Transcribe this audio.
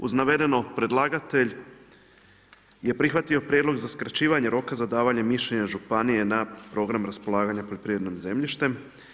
Uz navedeno predlagatelj je prihvatio prijedlog za skraćivanje roka za davanje mišljenja županije na program raspolaganja poljoprivrednim zemljištem.